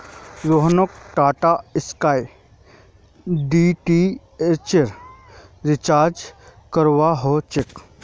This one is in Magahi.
रोहनक टाटास्काई डीटीएचेर रिचार्ज करवा व स छेक